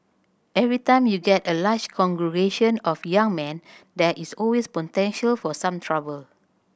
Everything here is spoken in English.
every time you get a large congregation of young men there is always potential for some trouble